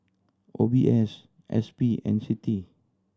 O B S S P and CITI